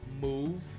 move